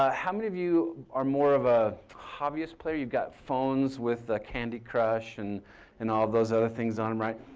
ah how many of you are more of a hobbyist player? you've got phones with candy crush and and all those those other things on them, right.